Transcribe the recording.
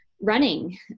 running